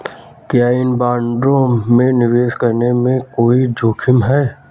क्या इन बॉन्डों में निवेश करने में कोई जोखिम है?